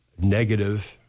negative